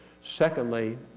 Secondly